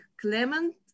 Clement